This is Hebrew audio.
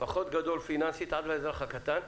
גדול פיננסית ועד לאזרח הקטן,